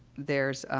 there's,